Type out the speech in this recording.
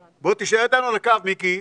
תישאר איתנו על הקו, מיקי,